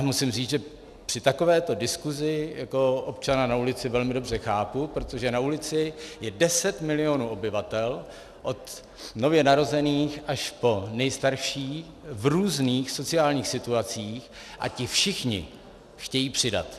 Musím říct, že při takovéto diskusi občana na ulici velmi dobře chápu, protože na ulici je deset milionů obyvatel, od nově narozených až po nejstarší, v různých sociálních situacích a ti všichni chtějí přidat.